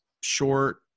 short